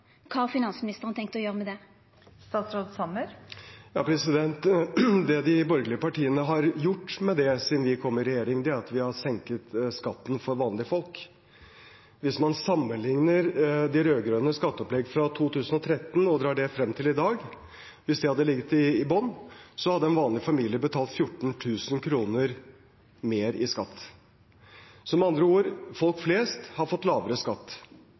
har finansministeren tenkt å gjera med det? Det de borgelige partiene har gjort med det siden vi kom i regjering, er at vi har senket skatten for vanlige folk. Hvis man sammenligner de rød-grønnes skatteopplegg fra 2013 og drar det frem til i dag, hvis det hadde ligget i bunnen, hadde en vanlig familie betalt 14 000 kr mer i skatt. Så med andre ord: Folk flest har fått lavere skatt.